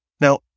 Now